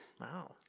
Wow